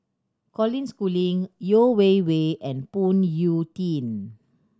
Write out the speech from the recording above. Colin Schooling Yeo Wei Wei and Phoon Yew Tien